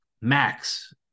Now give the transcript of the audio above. Max